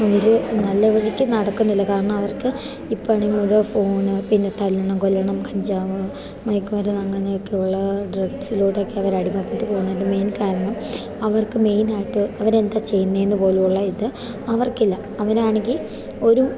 അവർ നല്ല വഴിക്ക് നടക്കുന്നില്ല കാരണം അവർക്ക് ഇപ്പോഴാണേൽ അവർ ഫോണ് പിന്നെ തല്ലണം കൊല്ലണം കഞ്ചാവ് മയക്കുമരുന്ന് അങ്ങനെയൊക്കെയുള്ള ഡ്രഗ്സിലൂടെയൊക്കെ അവർ അടിമപ്പെട്ട് പോകുന്നതിൻ്റെ മെയിൻ കാരണം അവർക്ക് മെയിനായിട്ട് അവരെന്താ ചെയ്യുന്നതെന്ന് പോലുള്ള ഇത് അവർക്കില്ല അവരാണെങ്കിൽ ഒരു